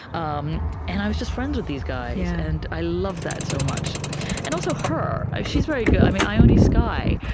um and i was just friends with these guys. yeah and i love that so much and, also, her she's very good. i mean ione skye.